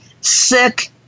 sick